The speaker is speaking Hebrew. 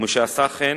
ומשעשה כן,